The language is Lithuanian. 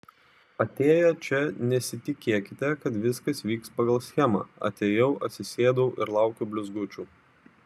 atėję čia nesitikėkite kad viskas vyks pagal schemą atėjau atsisėdau ir laukiu blizgučių